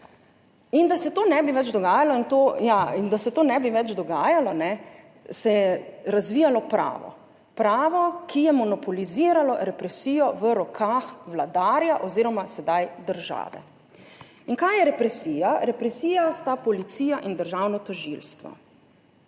Da se to ne bi več dogajalo, se je razvijalo pravo. Pravo, ki je monopoliziralo represijo v rokah vladarja oziroma sedaj države. In kaj je represija? Represija sta policija in državno tožilstvo.